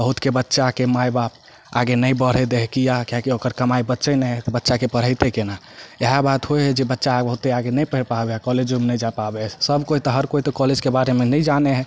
बहुतके बच्चाके माय बाप आगे नहि बढे दै हइ किए किएकि ओक्कर कमाइ बचै नहि हइ तऽ बच्चाके पढ़ैतै केना इएह बात होइ हइ जे बच्चा बहुते आगे नहि पैढ़ पाबै हइ कॉलेजोमे नहि जाय पाबै हइ सब कोइ तऽ हर कोइ तऽ कॉलेजके बारेमे नहि जानै हइ